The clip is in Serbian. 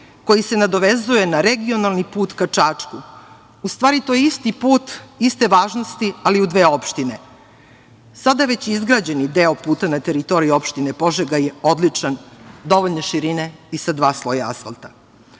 koji se nadovezuje na regionalni put ka Čačku. U stvari, to je isti put, iste važnosti, ali u dve opštine. Sada već izgrađeni deo puta na teritoriji opštini Požega je odličan, dovoljne širine i sa dva sloja asfalta. Kada